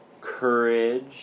courage